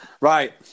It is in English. Right